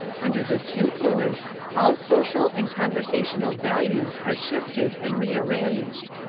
under this influence all social and conversational values are shifted and rearranged.